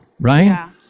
right